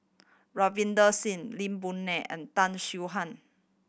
Ravinder Singh Lee Boon and Tan Han